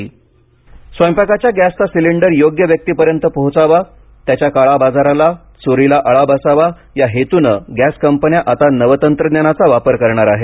gas O T P स्वयंपाकाच्या गॅसचा cylinder योग्य व्यक्तीपर्यंत पोहोचावा त्याच्या काळ्या बाजाराला चोरीला आळा बसावा या हेतूनं गॅस कंपन्या आता नवतंत्रज्ञानाचा वापर करणार आहेत